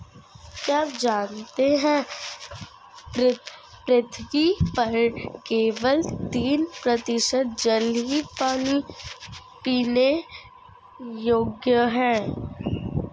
क्या आप जानते है पृथ्वी पर केवल तीन प्रतिशत जल ही पीने योग्य है?